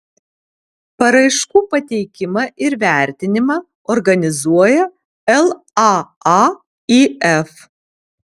paraiškų pateikimą ir vertinimą organizuoja laaif